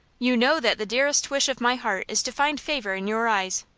you know that the dearest wish of my heart is to find favor in your eyes.